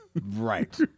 right